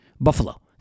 Buffalo